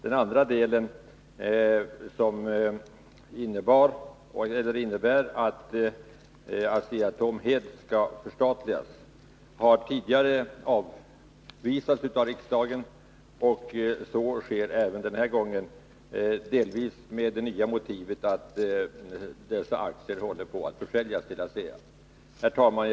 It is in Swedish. Den andra delen av motionens yrkande, som innebär att Asea-Atom helt skall förstatligas, har tidigare avvisats av riksdagen, och så sker även den här gången — delvis med det nya motivet att dessa aktier håller på att försäljas till ASEA. Herr talman!